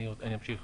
אני אמשיך: